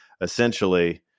Essentially